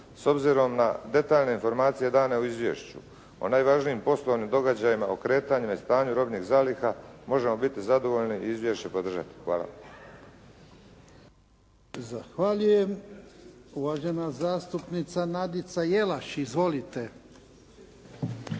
S obzirom na detaljne informacije dane u izvješću o najvažnijim poslovnim događajima, o kretanju i stanju robnih zaliha možemo biti zadovoljni i izvješće podržati. Hvala. **Jarnjak, Ivan (HDZ)** Zahvaljujem. Uvažena zastupnica Nadica Jelaš. Izvolite.